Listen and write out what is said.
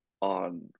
on